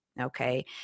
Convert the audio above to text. okay